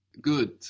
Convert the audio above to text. Good